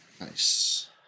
Nice